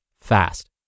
fast